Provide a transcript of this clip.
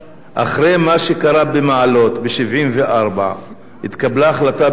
אחרי מה שקרה במעלות ב-1974 התקבלה החלטה בישראל,